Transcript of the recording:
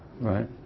right